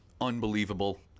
unbelievable